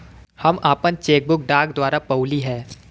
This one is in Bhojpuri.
हम आपन चेक बुक डाक द्वारा पउली है